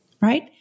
right